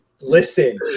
listen